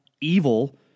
evil –